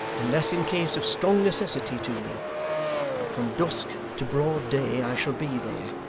unless in case of strong necessity, to me from dusk to broad day i shall be there.